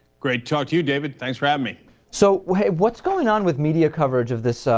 great chart you david thanks rami so we'll have what's going on with media coverage of this ah.